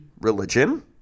religion